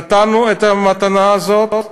נתנו את המתנה הזאת,